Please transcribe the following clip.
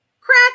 crack